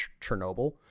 Chernobyl